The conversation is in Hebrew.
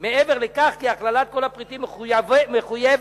מעבר לכך כי הכללת כל הפריטים מחויבת